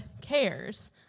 cares